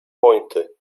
pointy